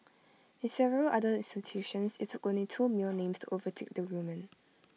in several other institutions IT took only two male names to overtake the women